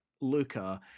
Luca